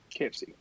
KFC